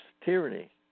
tyranny